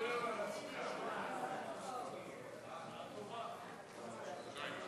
לא, הממשלה תומכת, איזה בלגן.